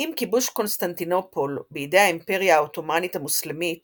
עם כיבוש קונסטנטינופול בידי האימפריה העות'מאנית המוסלמית